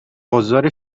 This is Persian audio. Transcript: آزار